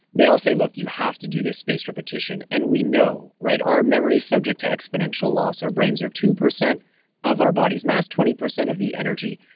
they all say, look, you have to do this space repetition. and we know, right? our memory is subject to exponential loss. our brains are two percent of our body's mass, twenty percent of the energy.